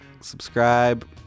subscribe